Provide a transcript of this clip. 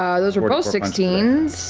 um those were were both sixteen